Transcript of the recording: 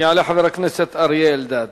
יעלה חבר הכנסת אריה אלדד.